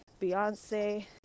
Beyonce